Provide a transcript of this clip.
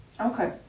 Okay